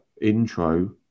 intro